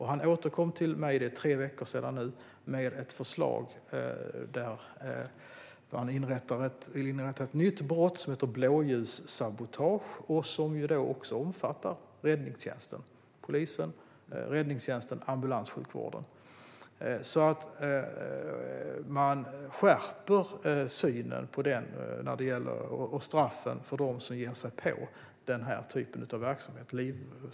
Han återkom till mig för tre veckor sedan med ett förslag där man vill inrätta en ny brottsrubricering som heter blåljussabotage och som också omfattar räddningstjänsten - polisen, räddningstjänsten och ambulanssjukvården. Man skärper synen på detta och straffen för dem som ger sig på den här typen av verksamhet.